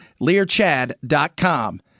LearChad.com